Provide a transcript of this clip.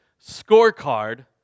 scorecard